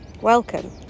Welcome